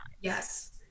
yes